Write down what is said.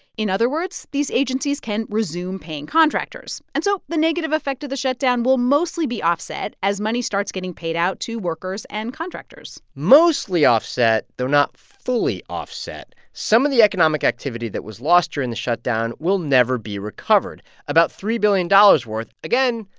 in other words, these agencies can resume paying contractors. and so the negative effect of the shutdown will mostly be offset as money starts getting paid out to workers and contractors mostly offset, though not fully offset. some of the economic activity that was lost during the shutdown will never be recovered about three billion dollars worth. again,